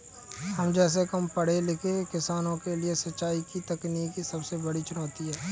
हम जैसै कम पढ़े लिखे किसानों के लिए सिंचाई की तकनीकी सबसे बड़ी चुनौती है